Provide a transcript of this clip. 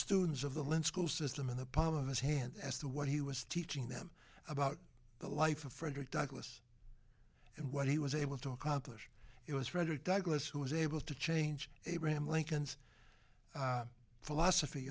students of the lynn school system in the palm of his hand as to what he was teaching them about the life of frederick douglass and what he was able to accomplish it was frederick douglas who was able to change abraham lincoln's philosophy